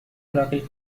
رقیق